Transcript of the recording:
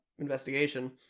investigation